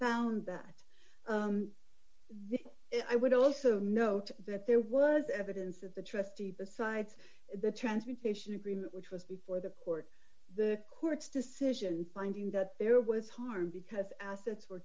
found that i would also note that there were evidence of the trustee besides the transmutation agreement which was before the court the court's decision finding that there was harm because assets were